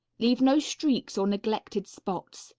leave no streaks or neglected spots.